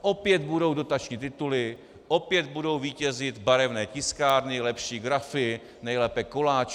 Opět budou dotační tituly, opět budou vítězit barevné tiskárny, lepší grafy, nejlépe koláčové.